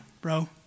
bro